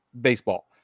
baseball